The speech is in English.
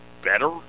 Better